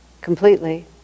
completely